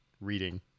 reading